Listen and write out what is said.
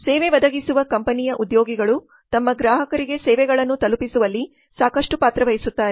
ಸೇವೆ ಒದಗಿಸುವ ಕಂಪನಿಯ ಉದ್ಯೋಗಿಗಳು ತಮ್ಮ ಗ್ರಾಹಕರಿಗೆ ಸೇವೆಗಳನ್ನು ತಲುಪಿಸುವಲ್ಲಿ ಸಾಕಷ್ಟು ಪಾತ್ರವಹಿಸುತ್ತಾರೆ